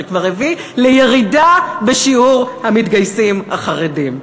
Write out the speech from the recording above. שכבר הביא לירידה בשיעור המתגייסים החרדים.